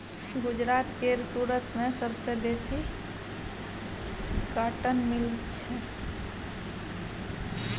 गुजरात केर सुरत मे सबसँ बेसी कॉटन मिल छै